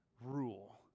rule